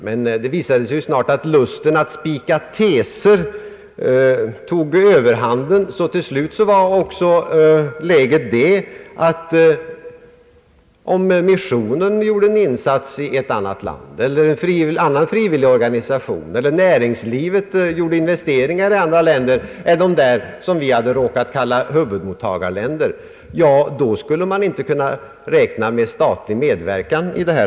Men det visade sig snart att lusten att spika teser tog överhand, och till slut var läget det, att om missionen eller annan frivillig organisation gjorde en insats i ett annat land, eller om näringslivet gjorde investeringar i andra länder än dem vi råkat kalla huvudmottagarländer, då kunde man inte räkna med statlig medverkan.